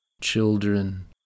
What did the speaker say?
children